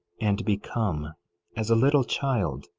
and become as a little child,